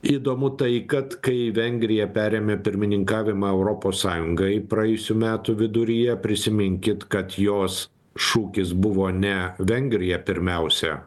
įdomu tai kad kai vengrija perėmė pirmininkavimą europos sąjungai praėjusių metų viduryje prisiminkit kad jos šūkis buvo ne vengrija pirmiausia